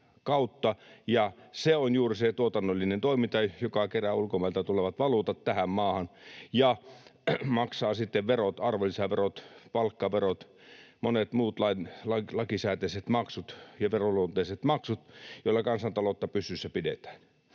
ja se tuotannollinen toiminta on juuri se, joka kerää ulkomailta tulevat valuutat tähän maahan ja maksaa sitten verot, arvonlisäverot, palkkaverot, monet muut lakisääteiset maksut ja veronluonteiset maksut, joilla kansantaloutta pystyssä pidetään,